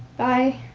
bye